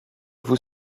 vous